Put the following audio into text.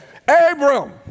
Abram